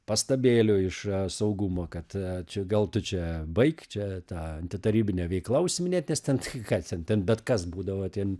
pastabėlių iš saugumo kad čia gal tu čia baik čia ta antitarybine veikla užsiiminėt nes ten tai ką ten ten bet kas būdavo ten